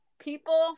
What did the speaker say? People